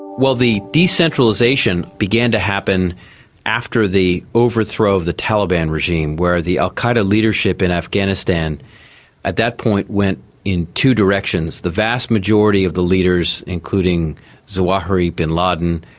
well, the decentralisation began to happen after the overthrow of the taliban regime where the al qaeda leadership in afghanistan at that point went in two directions. the vast majority of the leaders, including zawahiri, bin laden,